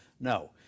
no